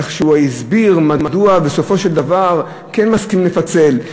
איך הוא הסביר מדוע בסופו של דבר הוא כן מסכים לפצל,